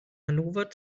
hannover